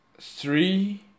Three